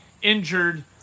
Injured